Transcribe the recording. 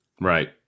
Right